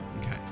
Okay